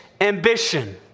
ambition